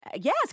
Yes